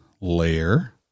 layer